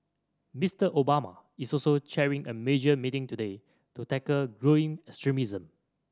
Mister Obama is also chairing a major meeting today to tackle growing extremism